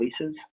leases